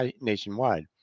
nationwide